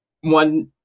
One